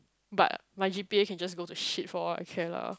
but my G_P_A can just go to shit for all I care lah